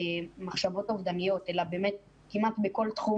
במחשבות אובדניות אלא באמת כמעט בכל תחום